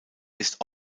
ist